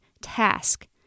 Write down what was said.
task